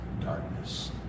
darkness